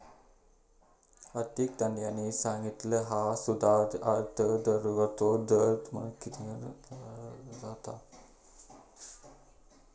आर्थिक तज्ञांनी सांगितला हा सुधारित अंतर्गत दराचो दर तिमाहीत आढावो घेतलो जाता